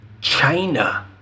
China